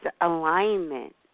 alignment